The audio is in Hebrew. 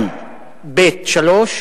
42(ב)(3)